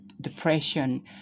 depression